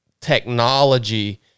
technology